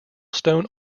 stone